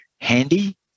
handy